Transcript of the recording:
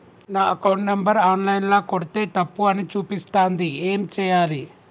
నా account number online ల కొడ్తే తప్పు అని చూపిస్తాంది ఏం చేయాలి?